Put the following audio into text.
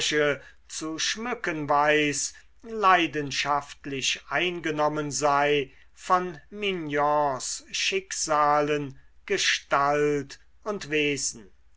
zu schmücken weiß leidenschaftlich eingenommen sei von mignons schicksalen gestalt und wesen